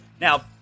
Now